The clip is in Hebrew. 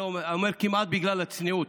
אני אומר "כמעט" בגלל הצניעות,